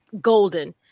golden